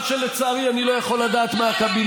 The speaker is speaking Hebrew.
מה שלצערי אני לא יכול לדעת מהקבינט.